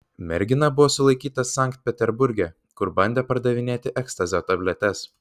mergina buvo sulaikyta sankt peterburge kur bandė pardavinėti ekstazio tabletes